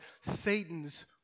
Satan's